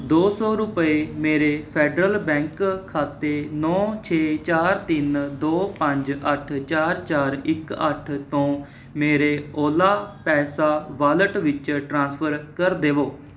ਦੋ ਸੌ ਰੁਪਏ ਮੇਰੇ ਫੈਡਰਲ ਬੈਂਕ ਖਾਤੇ ਨੌਂ ਛੇ ਚਾਰ ਤਿੰਨ ਦੋ ਪੰਜ ਅੱਠ ਚਾਰ ਚਾਰ ਇੱਕ ਅੱਠ ਤੋਂ ਮੇਰੇ ਓਲਾ ਪੈਸਾ ਵਾਲਿਟ ਵਿੱਚ ਟ੍ਰਾਂਸਫਰ ਕਰ ਦੇਵੋ